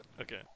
Okay